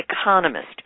Economist